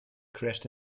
crashed